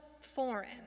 foreign